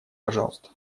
пожалуйста